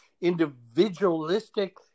Individualistic